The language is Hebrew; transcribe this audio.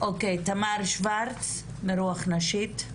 תמר שוורץ מ"רוח נשית"